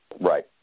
Right